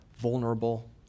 Vulnerable